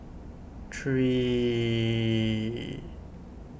three